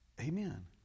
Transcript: Amen